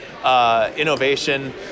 innovation